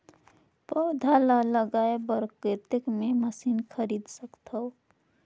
पौधा ल जगाय बर कतेक मे मशीन खरीद सकथव?